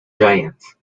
giants